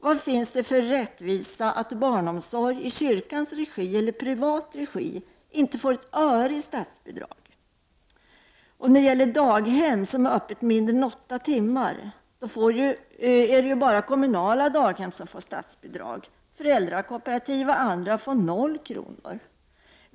Vad finns det för rättvisa i att barnomsorg i kyrkans regi eller i privat regi inte får ett öre i statsbidrag? När det gäller daghem som har öppet mindre än åtta timmar får bara kommunala daghem statsbidrag. Föräldrakooperativ och andra får 0 kr.